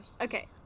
Okay